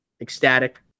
ecstatic